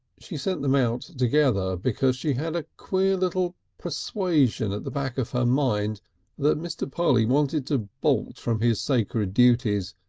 she sent them out together because she had a queer little persuasion at the back of her mind that mr. polly wanted to bolt from his sacred duties,